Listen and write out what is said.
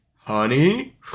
Honey